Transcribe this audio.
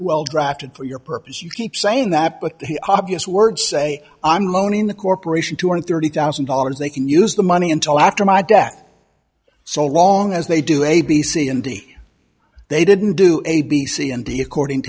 well drafted for your purpose you keep saying that but the obvious words say i'm lonely in the corporation two hundred thirty thousand dollars they can use the money until after my death so long as they do a b c and d they didn't do a b c and d according